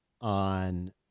on